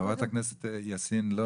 אליאסיאן,